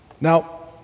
Now